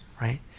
right